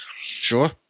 sure